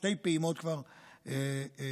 שתי פעימות כבר התחוללו.